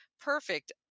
perfect